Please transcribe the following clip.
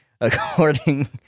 according